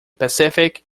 pacific